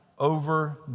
over